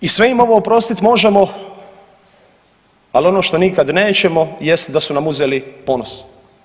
I sve im ovo oprostit možemo, ali ono što nikad nećemo jest da su nam uzeli ponos.